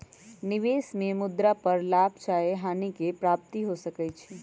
निवेश में मुद्रा पर लाभ चाहे हानि के प्राप्ति हो सकइ छै